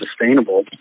sustainable